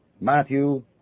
Matthew